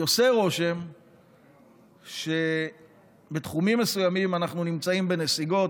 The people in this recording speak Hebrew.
כי עושה רושם שבתחומים מסוימים אנחנו נמצאים בנסיגות,